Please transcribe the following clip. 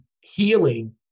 healing